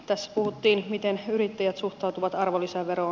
tässä puhuttiin miten yrittäjät suhtautuvat arvonlisäveroon